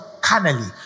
carnally